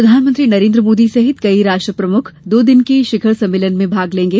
प्रधनमंत्री नरेन्द्र मोदी सहित कई राष्ट्र प्रमुख दो दिन के इस शिखर सम्मेलन में भाग लेंगे